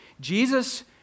Jesus